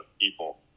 people